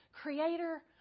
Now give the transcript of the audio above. Creator